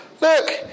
Look